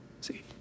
See